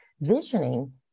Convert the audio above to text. visioning